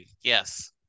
yes